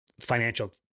financial